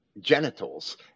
genitals